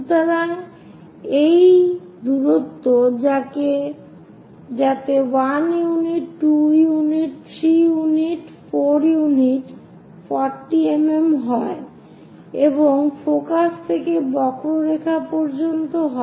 সুতরাং এই দূরত্ব যাতে 1 ইউনিট 2 ইউনিট 3 ইউনি4 ইউনিট 40mm হয় এবং ফোকাস থেকে বক্ররেখা পর্যন্ত হয়